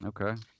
Okay